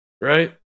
right